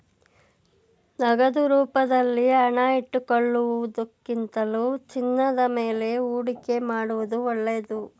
ನಗದು ರೂಪದಲ್ಲಿ ಹಣ ಇಟ್ಟುಕೊಳ್ಳುವುದಕ್ಕಿಂತಲೂ ಚಿನ್ನದ ಮೇಲೆ ಹೂಡಿಕೆ ಮಾಡುವುದು ಒಳ್ಳೆದು